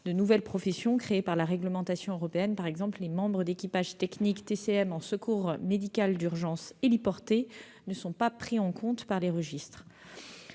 de nouvelles professions créées par la réglementation européenne. Par exemple, les membres d'équipage technique, les TCM, en secours médical d'urgence héliporté ne sont pas pris en compte par les registres.